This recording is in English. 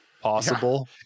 possible